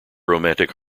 romantic